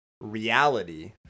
reality